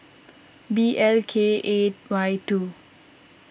B L K A Y two